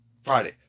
Friday